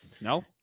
No